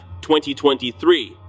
2023